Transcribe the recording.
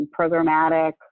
programmatic